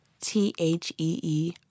T-H-E-E